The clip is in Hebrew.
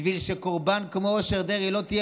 בשביל שקורבן כמו אושר דרעי לא תהיה